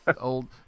old